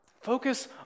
Focus